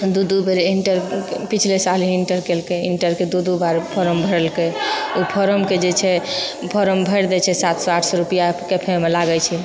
दू दू बेर इन्टर पिछले साल इन्टर कयलकै इन्टरके दू दू बार फोरम भरलकै ओ फोरमके जे छै फोरम भरि दै छै सात सए आठ सए रुपआके फेन ओहिमे लागैत छै